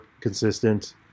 consistent